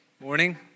Morning